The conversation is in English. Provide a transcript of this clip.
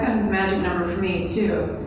magic number for me, too.